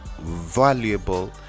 valuable